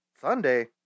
Sunday